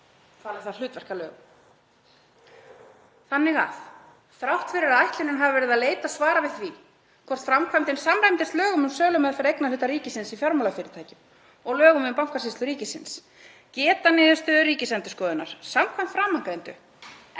falið það hlutverk að lögum. Þannig að þrátt fyrir að ætlunin hafi verið að leita svara við því hvort framkvæmdin samræmdist lögum um sölumeðferð eignarhluta ríkisins í fjármálafyrirtækjum og lögum um Bankasýslu ríkisins geta niðurstöður Ríkisendurskoðunar, samkvæmt framangreindu,